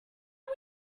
are